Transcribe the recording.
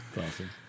awesome